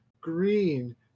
green